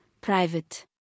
private